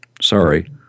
Sorry